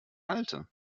alte